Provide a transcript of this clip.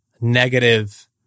negative